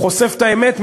הוא חושף את האמת,